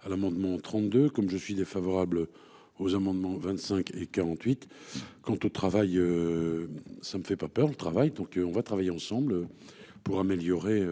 à l'amendement 32 comme je suis défavorable aux amendements, 25 et 48. Quant au travail. Ça me fait pas peur. Le travail, donc on va travailler ensemble. Pour améliorer